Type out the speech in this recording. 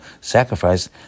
sacrifice